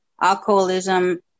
alcoholism